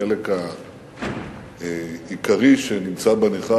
החלק העיקרי שנמצא בנכר,